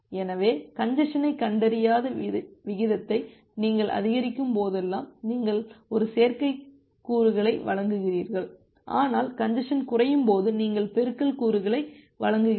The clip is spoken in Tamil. எனவே கஞ்ஜசனைக் கண்டறியாத விகிதத்தை நீங்கள் அதிகரிக்கும் போதெல்லாம் நீங்கள் ஒரு சேர்க்கைக் கூறுகளை வழங்குகிறீர்கள் ஆனால் கஞ்ஜசன் குறையும் போது நீங்கள் பெருக்கல் கூறுகளை வழங்குகிறீர்கள்